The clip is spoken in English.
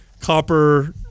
copper